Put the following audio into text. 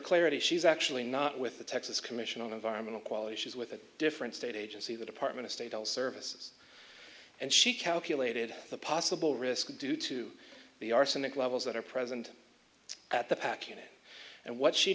clarity she's actually not with the texas commission on environmental quality she's with a different state agency the department of state all services and she calculated the possible risk due to the arsenic levels that are present at the packet and what she